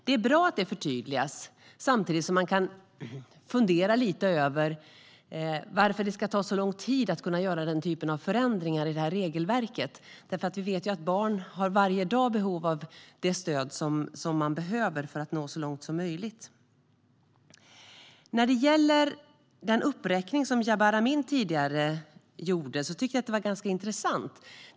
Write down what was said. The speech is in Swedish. Det är bra att detta förtydligas, men samtidigt kan man fundera lite över varför det ska ta så lång tid att göra den typen av förändringar i det här regelverket. Vi vet nämligen att barn varje dag har behov av det stöd de behöver för att nå så långt som möjligt. Den uppräkning Jabar Amin tidigare gjorde var ganska intressant.